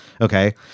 okay